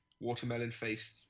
watermelon-faced